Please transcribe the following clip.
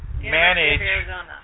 manage